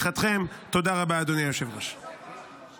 יכול להיות מצב שאדם קיבל רישיון נוטריון,